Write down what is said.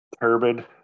turbid